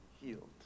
healed